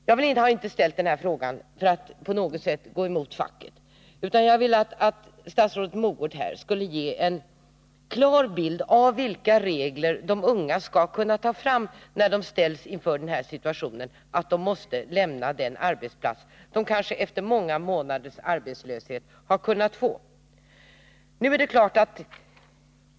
Jag har inte ställt den här frågan för att på något sätt gå emot facket, utan jag har velat att statsrådet Mogård här skulle ge en klar bild av vilka regler de unga skall kunna åberopa när de ställs inför situationen att de måste lämna den arbetsplats som de, kanske efter många månaders arbetslöshet, har kunnat få.